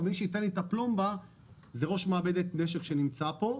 אבל מי שייתן לי את הפלומבה זה ראש מעבדת נשק שנמצא פה.